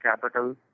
capital